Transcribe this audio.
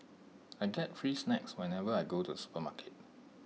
I get free snacks whenever I go to the supermarket